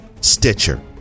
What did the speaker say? Stitcher